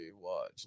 watch